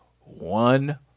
one